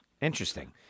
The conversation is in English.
Interesting